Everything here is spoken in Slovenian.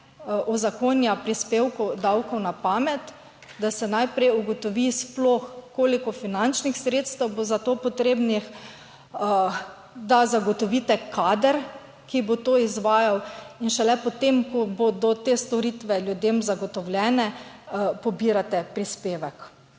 uzakonja prispevkov, davkov na pamet, da se najprej ugotovi sploh, koliko finančnih sredstev bo za to potrebnih, da zagotovite kader, ki bo to izvajal in šele potem, ko bodo te storitve ljudem zagotovljene, pobirate prispevek.